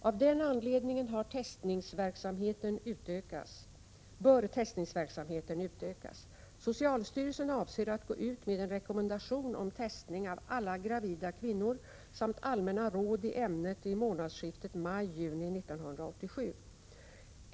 Av den anledningen bör testningsverksamheten utökas. Socialstyrelsen avser att gå ut med en rekommendation om testning av alla gravida kvinnor samt allmänna råd i ämnet vid månadsskiftet maj-juni 1987.